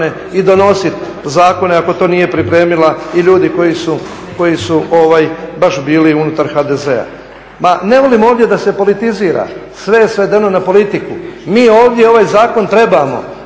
i donositi zakone ako to nije pripremila i ljudi koji su baš bili unutar HDZ-a. Ma ne volim ovdje da se politizira, sve je svedeno na politiku. Mi ovdje ovaj Zakon trebamo,